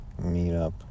meetup